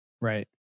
Right